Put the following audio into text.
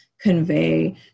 convey